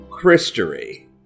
Christery